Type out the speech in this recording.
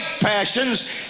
passions